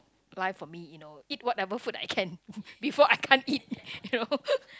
life for me you know eat whatever food I can before I can't eat you know